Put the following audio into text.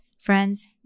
Friends